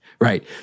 right